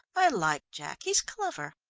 i like jack he's clever.